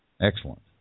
Excellent